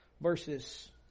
versus